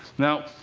now,